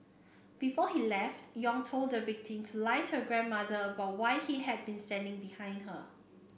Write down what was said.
before he left Yong told the victim to lie to her grandmother about why he had been standing behind her